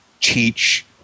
teach